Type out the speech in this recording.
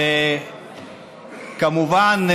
שכמובן,